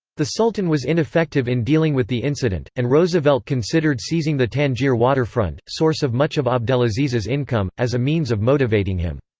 the sultan was ineffective in dealing with the incident, and roosevelt considered seizing the tangier waterfront, source of much of abdelaziz's income, as a means of motivating him.